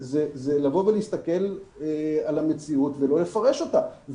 זה להסתכל על המציאות ולא לפרש אתה.